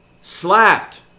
slapped